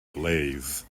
blaze